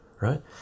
right